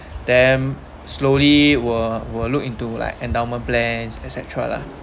then slowly will will look into like endowment plans etcetera lah